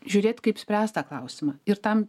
žiūrėt kaip spręst tą klausimą ir tam